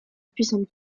puissantes